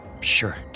Sure